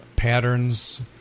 Patterns